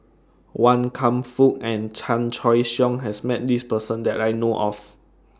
Wan Kam Fook and Chan Choy Siong has Met This Person that I know of